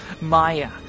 Maya